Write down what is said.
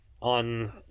on